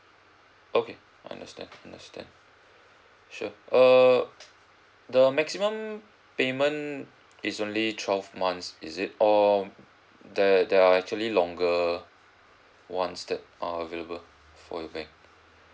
okay understand understand sure err the maximum payment is only twelve months is it or there there are actually longer one's that are available for your bank